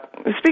speak